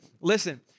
Listen